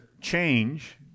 change